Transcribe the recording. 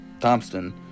Thompson